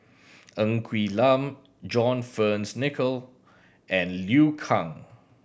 Ng Quee Lam John Fearns Nicoll and Liu Kang